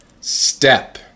Step